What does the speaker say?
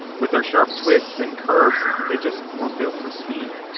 with their sharp twists and curves, they just weren't built for speed.